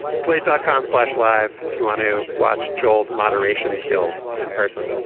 slate dot com slash live if you want to watch joel's moderation skills in person